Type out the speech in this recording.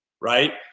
right